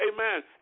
amen